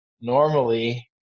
Normally